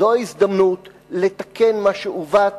זו ההזדמנות לתקן מה שעוות.